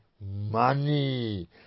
money